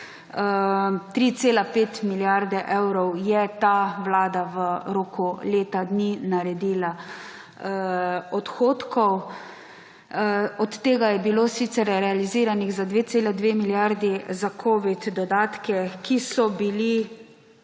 3,5 milijarde evrov je ta vlada v roku leta dni naredila odhodkov. Od tega je bilo sicer realiziranih za 2,2 milijardi za covid dodatke, ki so bili